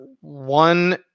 one